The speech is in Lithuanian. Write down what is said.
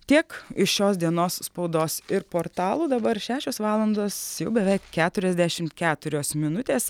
tiek iš šios dienos spaudos ir portalų dabar šešios valandos jau bevei keturiasdešimt keturios minutės